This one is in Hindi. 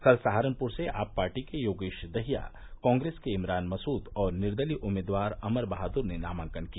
कल सहारनपुर से आप पार्टी के योगेश दहिया कांग्रेस के इमरान मसूद और निर्दलीय उम्मीदवार अमर बहादुर ने नामांकन किया